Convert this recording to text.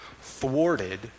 thwarted